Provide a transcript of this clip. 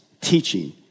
teaching